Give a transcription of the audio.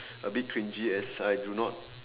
a bit cringy as I do not